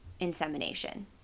insemination